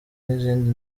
n’izindi